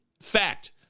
Fact